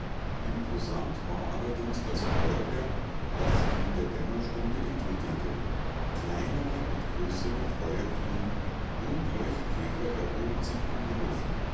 imposant war allerdings das feuerwerk das sich in der dämmerstunde entwickelte kleinere und größere feuerfliegen und leuchtkäfer erhoben sich in die luft